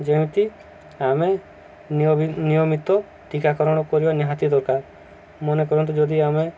ଯେମିତି ଆମେ ନିୟମିତ ଟୀକାକରଣ କରିବା ନିହାତି ଦରକାର ମନେ କରନ୍ତୁ ଯଦି ଆମେ